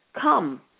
Come